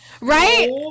Right